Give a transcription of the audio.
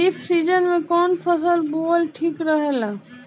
खरीफ़ season में कौन फसल बोअल ठिक रहेला ह?